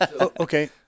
Okay